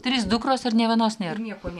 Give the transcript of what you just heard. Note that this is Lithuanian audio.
trys dukros ar nė vienos nėra niekur